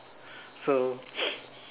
so